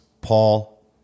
Paul